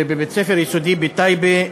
ובבית-ספר יסודי בטייבה,